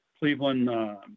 Cleveland